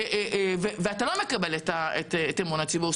ואתה לא מקבל את אמון הציבור,